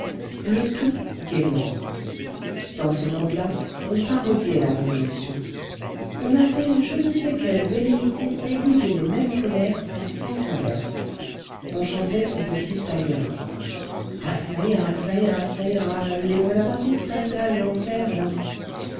le tout gaîment dans ce monde-là on parodiait la révolution on avait je ne sais quelles velléités d'aiguiser les mêmes colères en sens inverse on chantait son petit ça ira ah ça ira ça ira ça ira les buonapartist'à la lanterne